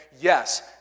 yes